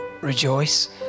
rejoice